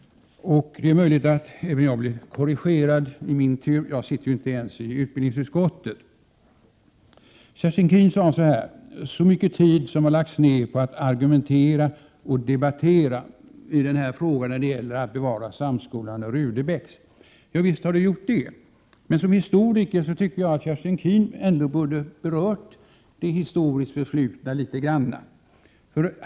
Det är möjligt att även jag blir korrigerad i min tur — jag sitter ju inte ens i utbildningsutskottet. Kerstin Keen sade att så mycket tid har lagts ner på att argumentera och debattera i frågan om att bevara Samskolan och Rudebecks. Ja, visst har det gjort det. Men som historiker tycker jag att Kerstin Keen ändå borde ha berört det historiskt förflutna litet grand.